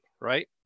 right